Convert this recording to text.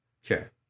sure